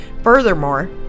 Furthermore